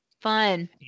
fun